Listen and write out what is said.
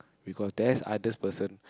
because there's others person